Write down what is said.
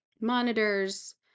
monitors